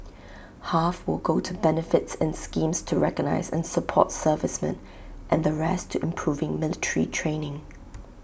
half will go to benefits and schemes to recognise and support servicemen and the rest to improving military training